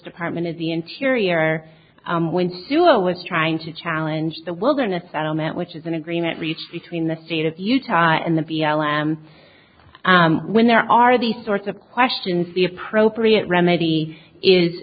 department of the interior when sewell was trying to challenge the wilderness settlement which is an agreement reached between the state of utah and the b l m when there are these sorts of questions the appropriate remedy is